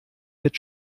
mit